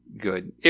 good